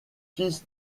fils